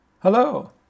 Hello